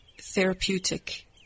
therapeutic